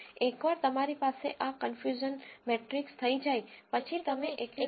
એકવાર તમારી પાસે આ કન્ફયુઝન મેટ્રીક્સ થઈ જાય પછી તમે એકયુરસીની ગણતરી કરી શકો છો